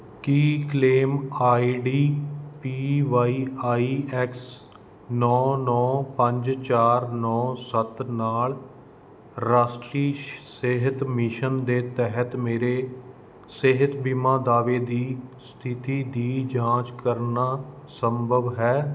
Ki claim ID P Y I X ਨੌਂ ਨੌਂ ਪੰਜ ਚਾਰ ਨੌਂ ਸੱਤ ਨਾਲ ਰਾਸ਼ਟਰੀ ਸਿਹਤ ਮਿਸ਼ਨ ਦੇ ਤਹਿਤ ਮੇਰੇ ਸਿਹਤ ਬੀਮਾ ਦਾਅਵੇ ਦੀ ਸਥਿਤੀ ਦੀ ਜਾਂਚ ਕਰਨਾ ਸੰਭਵ ਹੈ